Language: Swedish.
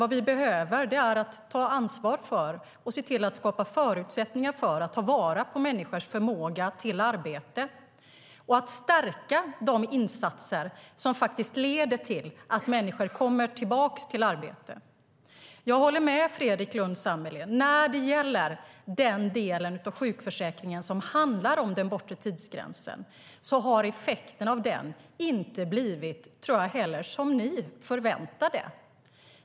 Vad vi behöver är att ta ansvar för och se till att skapa förutsättningar för att ta vara på människors förmåga till arbete och att stärka de insatser som leder till att människor kommer tillbaka till arbete. Jag håller också med Fredrik Lundh Sammeli. När det gäller den delen av sjukförsäkringen som handlar om den bortre tidsgränsen tror jag inte att effekten har blivit som ni förväntade er.